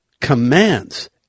commands